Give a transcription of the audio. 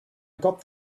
got